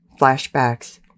Flashbacks